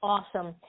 Awesome